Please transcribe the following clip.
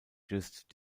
just